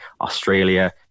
Australia